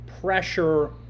pressure